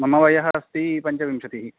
मम वयः अस्ति पञ्चविंशतिः